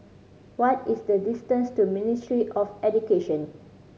what is the distance to Ministry of Education